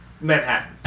Manhattan